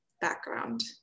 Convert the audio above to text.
background